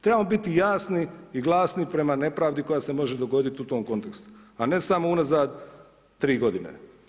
Trebamo biti jasni i glasni prema nepravdi koja se može dogoditi u tom kontekstu a ne samo unazad 3 godine.